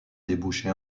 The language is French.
débouchait